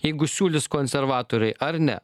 jeigu siūlys konservatoriai ar ne